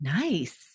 Nice